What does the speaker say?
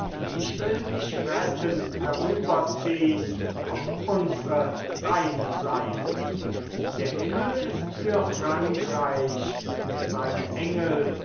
ich will dich rettend herüberziehn auf unsre reine seite der himmel ist für frankreich seine engel